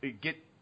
get